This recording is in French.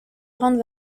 grande